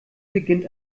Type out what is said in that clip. beginnt